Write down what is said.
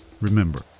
remember